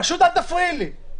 פשוט אל תפריעי לי.